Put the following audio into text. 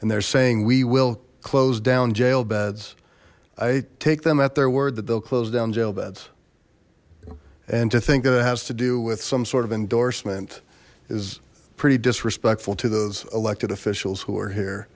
and they're saying we will close down jail beds i take them at their word that they'll close down jail beds and to think that it has to do with some sort of endorsement is pretty disrespectful to those elected officials who are here